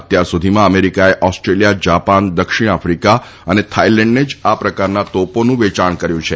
અત્યાર સુધીમાં અમેરિકાએ ઓસ્ટ્રેલિયા જાપાન દક્ષિણ આફ્રિકા અને થાઈલેન્ડને જ આ પ્રકારની તોપોનું વેચાણ કર્યું છે